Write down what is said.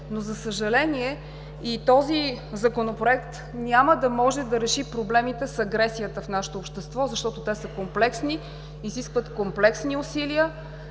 но, за съжаление, и този Законопроект няма да може да реши проблемите с агресията в нашето общество, защото те са комплексни, изискват комплексни усилия